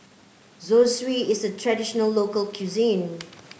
Zosui is a traditional local cuisine